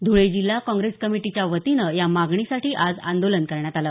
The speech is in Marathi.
धुळे जिल्हा काँग्रेस कमिटीच्या वतीने या मागणीसाठी आज आंदोलन करण्यात आल